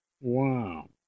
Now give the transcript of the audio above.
Wow